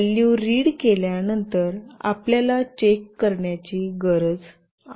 value read केल्यानंतर आपल्याला check करण्याची गरज आहे